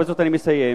ובזאת אני מסיים,